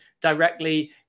directly